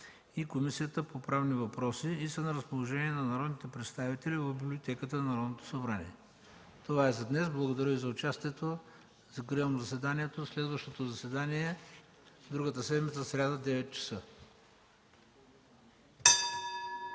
и Комисията по правни въпроси и са на разположение на народните представители в Библиотеката на Народното събрание. Това е за днес. Благодаря Ви за участието. Закривам заседанието. Следващото заседание е другата седмица – сряда, 9,00 ч.